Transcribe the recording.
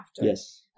Yes